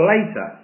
Later